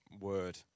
word